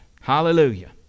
Hallelujah